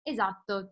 Esatto